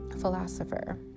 philosopher